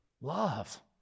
Love